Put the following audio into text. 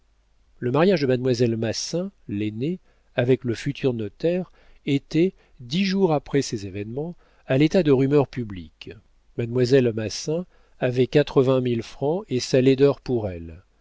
le mariage de mademoiselle massin l'aînée avec le futur notaire était dix jours après ces événements à l'état de rumeur publique mademoiselle massin avait quatre-vingt mille francs et sa laideur pour elle